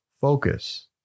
focus